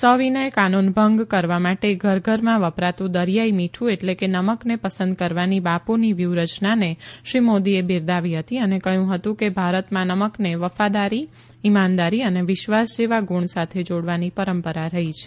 સવિનય કાનૂન ભંગ કરવા માટે ઘર ઘરમાં વપરાતું દરિયાઈ મીઠું એટલે કે નમકને પસંદ કરવાની બાપુની વ્યુહરયનાને શ્રી મોદીએ બિરદાવી હતી અને કહ્યું હતું કે ભારતમાં નમકને વફાદારી ઈમાનદારી અને વિશ્વાસ જેવા ગુણ સાથે જોડવાની પરંપરા રહી છે